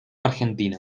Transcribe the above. argentina